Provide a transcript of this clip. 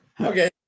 Okay